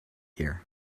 here